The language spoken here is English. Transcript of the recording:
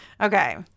Okay